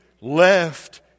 left